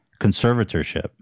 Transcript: conservatorship